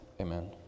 amen